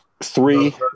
three –